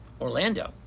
Orlando